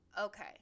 Okay